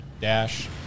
Dash